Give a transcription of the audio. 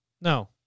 No